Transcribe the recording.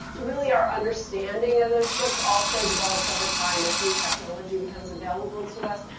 really, our understanding of those ship also develops overtime as new technology becomes available to us.